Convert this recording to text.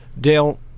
Dale